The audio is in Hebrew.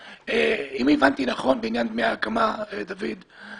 הבנתי נכון בעניין דמי ההקמה, דוד,